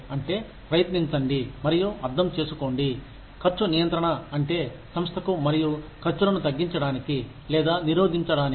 అంటే ప్రయత్నించండి మరియు అర్థం చేసుకోండి ఖర్చు నియంత్రణ అంటే సంస్థకు మరియు ఖర్చులను తగ్గించడానికి లేదా నిరోధించడానికి